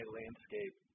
landscape